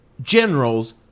generals